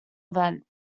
event